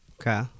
Okay